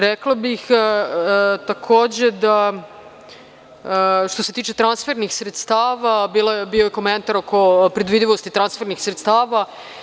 Rekla bih, takođe, što se tiče transfernih sredstava, bio je komentar oko predvidivosti transfernih sredstava.